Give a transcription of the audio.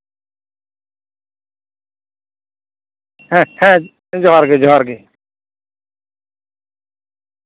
ᱦᱮᱸ ᱦᱮᱸ ᱡᱚᱦᱟᱨᱜᱮ ᱡᱚᱦᱟᱨᱜᱮ